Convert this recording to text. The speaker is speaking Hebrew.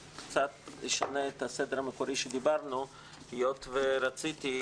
אני קצת אשנה את סדר המקורי שדיברנו היות שאני